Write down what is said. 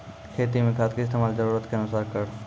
खेती मे खाद के इस्तेमाल जरूरत के अनुसार करऽ